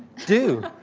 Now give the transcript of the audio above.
do.